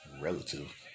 Relative